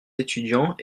étudiants